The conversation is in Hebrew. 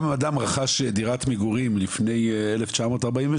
אם אדם רכש דירת מגורים לפני 1948,